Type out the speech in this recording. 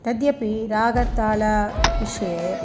तदपि रागतालविषये